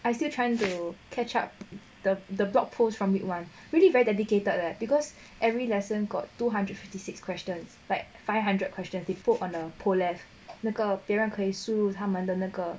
I still trying to catch up the the blog posts from week one really very dedicated leh because every lesson got two hundred and fifty six questions like five hundred questions they put on the post there 那个别人可以诉他们的那个